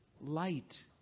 light